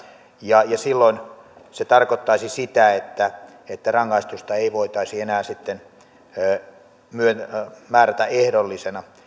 ja silloin se tarkoittaisi sitä että että rangaistusta ei voitaisi enää sitten määrätä ehdollisena